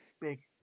big